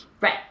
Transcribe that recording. Right